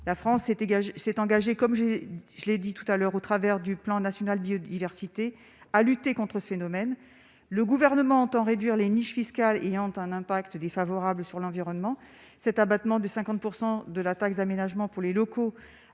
dégage s'est engagé, comme j'ai, je l'ai dit tout à l'heure au travers du plan national biodiversité à lutter contre ce phénomène, le gouvernement entend réduire les niches fiscales ayant un impact défavorable sur l'environnement, cet abattement de 50 % de la taxe d'aménagement pour les locaux